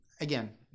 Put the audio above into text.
Again